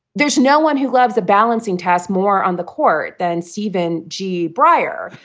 there's no one who loves a balancing task. more on the court than stephen g. breyer.